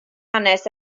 hanes